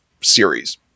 series